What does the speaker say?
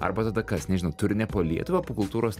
arba tada kas nežinau turini po lietuvą po kultūros